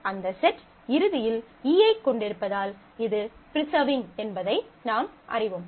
அந்த செட் இறுதியில் E ஐக் கொண்டிருப்பதால் இது ப்ரிசர்விங் என்பதை நாம் அறிவோம்